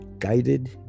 guided